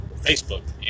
Facebook